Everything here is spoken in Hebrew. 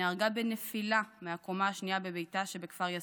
נהרגה בנפילה מהקומה השנייה בביתה שבכפר יאסיף.